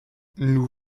nous